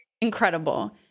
Incredible